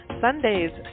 Sundays